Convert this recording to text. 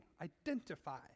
Identify